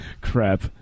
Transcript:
Crap